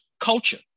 culture